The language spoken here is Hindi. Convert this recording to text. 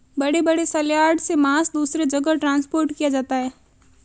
बड़े बड़े सलयार्ड से मांस दूसरे जगह ट्रांसपोर्ट किया जाता है